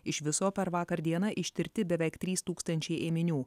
iš viso per vakar dieną ištirti beveik trys tūkstančiai ėminių